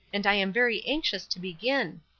and i am very anxious to begin.